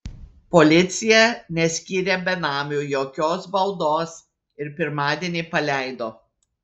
policija neskyrė benamiui jokios baudos ir pirmadienį paleido